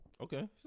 Okay